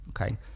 Okay